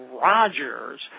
Rogers